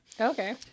okay